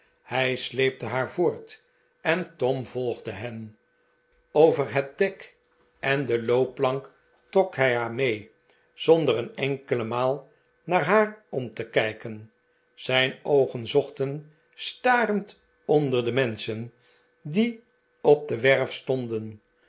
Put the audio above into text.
hij sleepte haar voort en tom volgde hen over het dek en de loopplank trok hij haar mee zonder een enkele maal naar haar om te kijken zijn oogen zochten starend onder de menschen die op de werf stonden